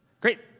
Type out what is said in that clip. Great